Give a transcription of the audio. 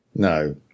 No